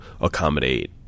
accommodate